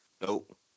Nope